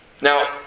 Now